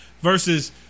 versus